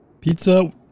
pizza